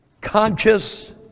conscious